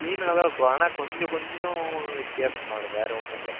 கிளீனாக தான் இருக்கும் ஆனால் கொஞ்சம் கொஞ்சம் வித்தியாசமாயிருக்கும் வேறு ஒன்னுமில்ல